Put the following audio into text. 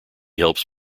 helps